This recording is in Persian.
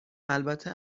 البته